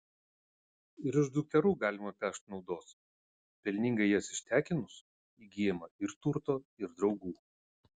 ir iš dukterų galima pešt naudos pelningai jas ištekinus įgyjama ir turto ir draugų